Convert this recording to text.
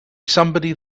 somebody